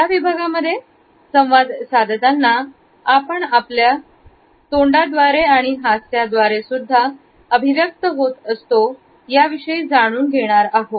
या विभागांमध्ये संवाद साधताना आपण आपल्या डोळे आणि तोंड याद्वारे सुद्धा अभिव्यक्त होत असतो याविषयी आपण जाणून घेणार आहोत